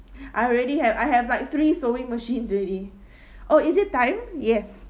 I already have I have like three sewing machines already oh is it time yes